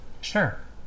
Sure